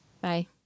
Bye